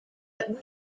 but